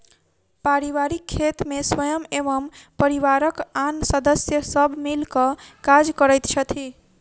पारिवारिक खेत मे स्वयं एवं परिवारक आन सदस्य सब मिल क काज करैत छथि